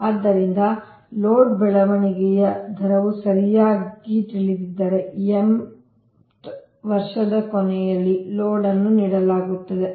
ಆದ್ದರಿಂದ ಲೋಡ್ ಬೆಳವಣಿಗೆಯ ದರವು ಸರಿಯಾಗಿ ತಿಳಿದಿದ್ದರೆ ವರ್ಷದ ಕೊನೆಯಲ್ಲಿ ಲೋಡ್ ಅನ್ನು ನೀಡಲಾಗುತ್ತದೆ